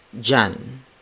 Jan